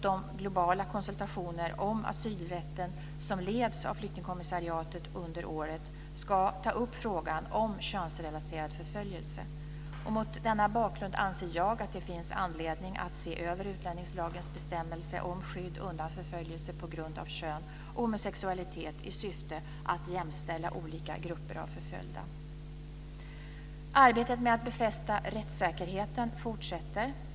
De globala konsultationer om asylrätten som under året leds av flyktingskommissariatet ska ta upp frågan om könsrelaterad förföljelse. Mot denna bakgrund anser jag att det finns anledning att se över utlänningslagens bestämmelse om skydd undan förföljelse på grund av kön eller homosexualitet i syfte att jämställa olika grupper av förföljda. · Arbetet med att befästa rättssäkerheten fortsätter.